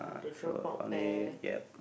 ah so funny yep